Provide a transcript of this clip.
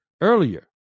earlier